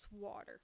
water